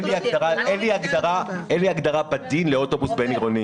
אין לי הגדרה בדין לאוטובוס בין עירוני.